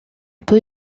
peut